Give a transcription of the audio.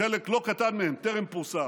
שחלק לא קטן מהם טרם פורסם,